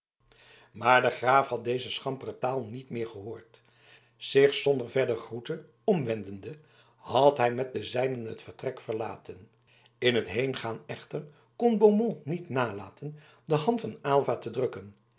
maar de graaf had deze schampere taal niet meer gehoord zich zonder verdere groete omwendende had hij met de zijnen het vertrek verlaten in t heengaan echter kon beaumont niet nalaten de hand van aylva te drukken